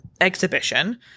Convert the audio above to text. exhibition